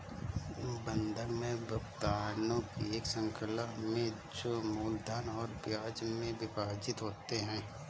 बंधक में भुगतानों की एक श्रृंखला में जो मूलधन और ब्याज में विभाजित होते है